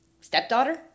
stepdaughter